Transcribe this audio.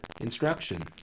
instruction